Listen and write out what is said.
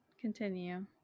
Continue